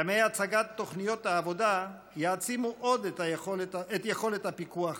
ימי הצגת תוכניות העבודה יעצימו עוד את יכולות הפיקוח האלה.